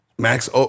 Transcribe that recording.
Max